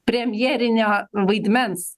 premjerinio vaidmens